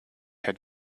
had